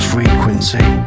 Frequency